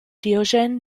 diogène